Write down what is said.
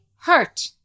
hurt